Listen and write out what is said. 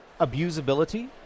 abusability